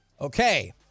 Okay